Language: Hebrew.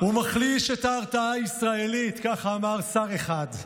"הוא מחליש את ההרתעה הישראלית", ככה אמר שר אחד,